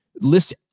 list